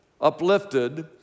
Uplifted